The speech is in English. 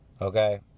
Okay